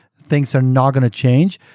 things are not going to change,